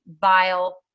vile